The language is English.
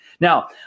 Now